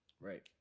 Right